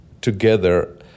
together